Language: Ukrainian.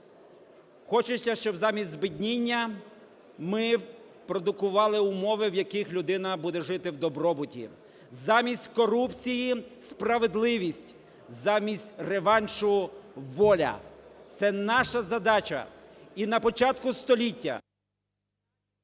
Хочеться, щоб замість збідніння ми продукували умови, в яких людина буде жити в добробуті. Замість корупції – справедливість, замість реваншу – воля. Це наша задача. І на початку століття…